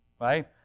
Right